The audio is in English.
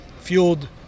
fueled